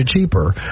cheaper